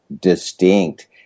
distinct